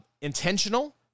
intentional